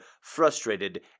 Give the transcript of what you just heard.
frustrated